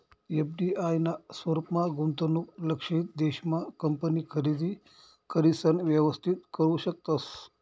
FDI ना स्वरूपमा गुंतवणूक लक्षयित देश मा कंपनी खरेदी करिसन व्यवस्थित करू शकतस